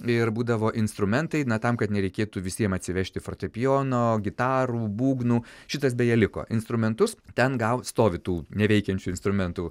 ir būdavo instrumentai na tam kad nereikėtų visiem atsivežti fortepijono gitarų būgnų šitas beje liko instrumentus ten gal stovi tų neveikiančių instrumentų